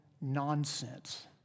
nonsense